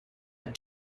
them